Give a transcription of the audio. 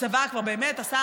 הצבא כבר באמת עשה,